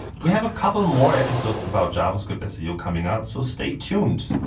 we have a couple more episodes about javascript seo your coming out. so stay tuned,